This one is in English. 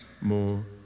more